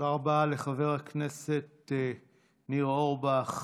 תודה רבה לחבר הכנסת ניר אורבך.